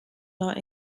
not